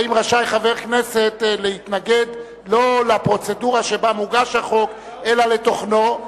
האם רשאי חבר כנסת להתנגד לא לפרוצדורה שבה החוק מוגש אלא לתוכנו?